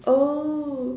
oh